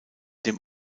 dem